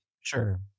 Sure